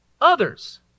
others